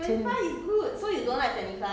then 就不要减 lah